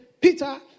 Peter